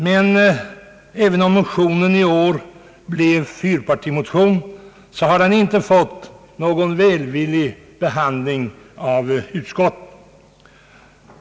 Men även om motionen i år blev fyrpartimotion, har den inte fått någon välvillig behandling av utskottet.